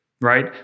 right